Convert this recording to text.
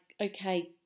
okay